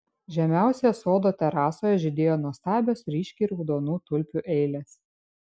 žemiausioje sodo terasoje žydėjo nuostabios ryškiai raudonų tulpių eilės